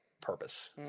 Purpose